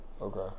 Okay